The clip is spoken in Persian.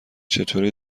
چطوری